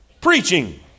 Preaching